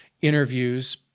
interviews